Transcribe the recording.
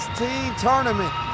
tournament